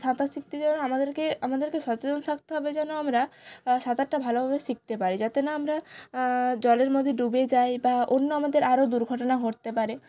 সাঁতার শিখতে যেন আমাদেরকে আমাদেরকে সচেতন থাকতে হবে যেন আমরা সাঁতারটা ভালোভাবে শিকতে পারি যাতে না আমরা জলের মধ্যে ডুবে যাই বা অন্য আমাদের আরও দুর্ঘটনা ঘটতে পারে